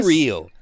real